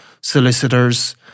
solicitors